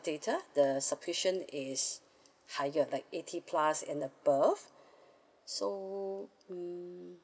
data the subscription is higher like eighty plus and above so mm